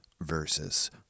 versus